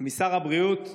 משר הבריאות,